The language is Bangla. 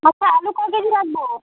আচ্ছা আলু ক কেজি রাখব